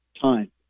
time